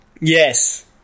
Yes